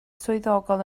swyddogol